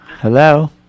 Hello